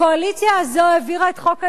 הקואליציה הזו העבירה את חוק ההסדרים,